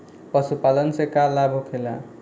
पशुपालन से का लाभ होखेला?